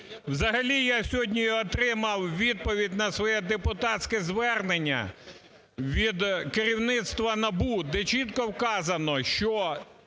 Взагалі я сьогодні отримав відповідь на своє депутатське звернення від керівництва НАБУ, де чітко вказано, що